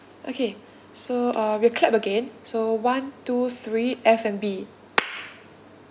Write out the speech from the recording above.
okay so uh we clap again so one two three F&B